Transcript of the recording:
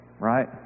Right